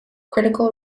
critical